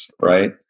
right